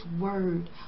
word